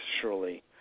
surely